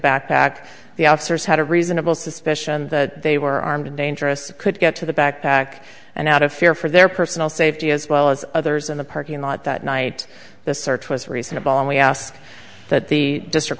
backpack the officers had a reasonable suspicion that they were armed and dangerous could get to the backpack and out of fear for their personal safety as well as others in the parking lot that night the search was reasonable and we ask that the district